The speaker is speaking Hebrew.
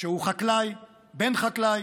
שהוא חקלאי בן חקלאי,